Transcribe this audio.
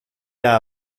era